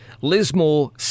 Lismore